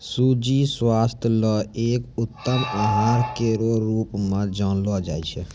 सूजी स्वास्थ्य ल एक उत्तम आहार केरो रूप म जानलो जाय छै